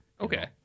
Okay